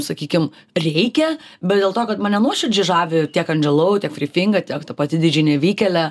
sakykim reikia bet dėl to kad mane nuoširdžiai žavi tiek andželau tiek fri finga tiek ta pati dy džei nevykėlė